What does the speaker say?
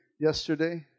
yesterday